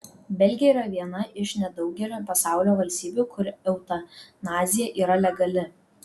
belgija yra viena iš nedaugelio pasaulio valstybių kur eutanazija yra legali